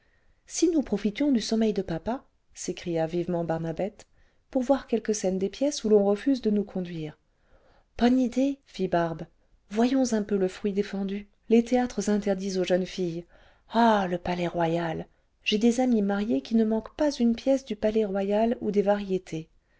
si nous profitions du sommeil de papa s'écria vivement barnabette pour voir quelques scènes des pièces où l'on refuse de nous conduire bonne idée fit barbe voyons un peu le fruit défendu les théâtres interdits aux jeunes filles ah le palais-royal j'ai des amies mariées qui ne manquent pas une pièce du palais-royal ou des variétés